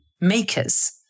makers